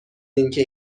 اینکه